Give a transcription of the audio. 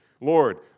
Lord